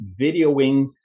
videoing